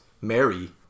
Mary